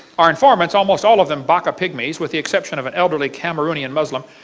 our informants almost all of them baka pygmies, with the exception of an elderly cameroonian muslim,